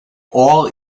all